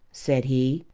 said he,